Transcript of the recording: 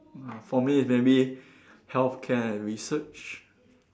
mm for me maybe healthcare and research